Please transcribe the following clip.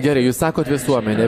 gerai jūs sakot visuomenė